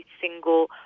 single